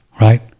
right